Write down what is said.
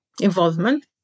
involvement